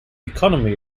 economy